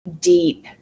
deep